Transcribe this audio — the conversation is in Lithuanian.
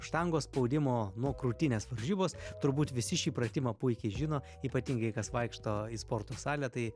štangos spaudimo nuo krūtinės varžybos turbūt visi šį pratimą puikiai žino ypatingai kas vaikšto į sporto salę tai